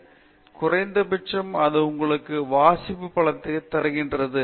பேராசிரியர் ராஜேஷ் குமார் குறைந்தபட்சம் அது உங்களுக்கு வாசிப்பு பழக்கத்தை தருகிறது